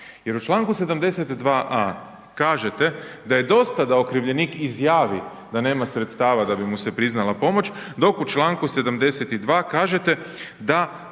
jer u čl. 72 a) kažete da je dosta da okrivljenik izjavi da nema sredstava da bi mu se priznala pomoć dok u čl. 72. kažete da